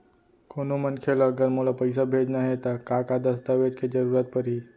कोनो मनखे ला अगर मोला पइसा भेजना हे ता का का दस्तावेज के जरूरत परही??